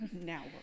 Now